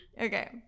Okay